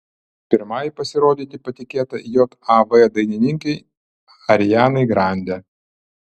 pirmajai pasirodyti patikėta jav dainininkei arianai grande